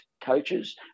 coaches